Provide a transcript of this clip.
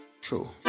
True